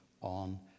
on